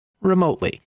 remotely